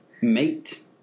Mate